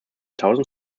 tausend